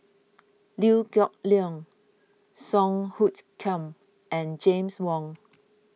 Liew Geok Leong Song Hoot Kiam and James Wong